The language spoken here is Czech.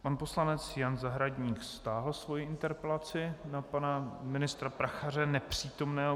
Pan poslanec Jan Zahradník stáhl svoji interpelaci na pana ministra Prachaře, bohužel nepřítomného.